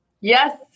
Yes